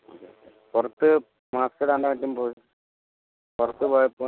പുറത്തു മാസ്കിടാണ്ട് മറ്റും പോയോ പുറത്തു പോയപ്പോൾ വല്ലതും വന്നതായിരിക്കും